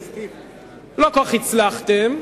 לא כל כך הצלחתם,